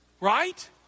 Right